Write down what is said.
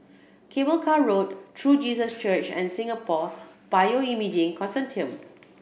Cable Car Road True Jesus Church and Singapore Bioimaging Consortium